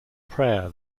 prayer